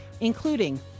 including